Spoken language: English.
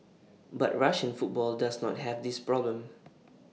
but Russian football does not have this problem